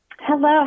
Hello